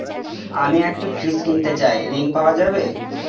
আমি একটি ফ্রিজ কিনতে চাই ঝণ পাওয়া যাবে?